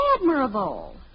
admirable